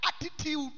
attitude